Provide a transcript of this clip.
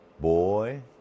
Boy